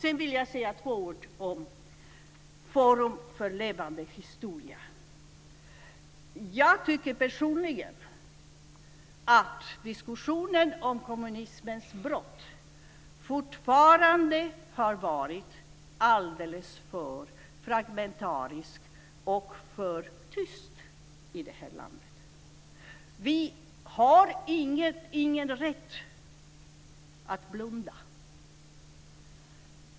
Sedan vill jag säga två ord om Forum för levande historia: Jag tycker personligen att diskussionen om kommunismens brott fortfarande har varit alldeles för fragmentarisk och för tyst i det här landet.